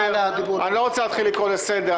אני לא רוצה להתחיל לקרוא לסדר,